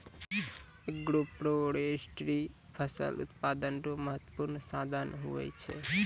agroforestry फसल उत्पादन रो महत्वपूर्ण साधन हुवै छै